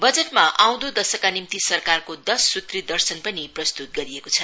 बजटमा आउँदो दशका निम्ति सरकारको दस वर्षको दर्शन पनि प्रस्तुत गरिएको छ